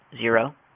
zero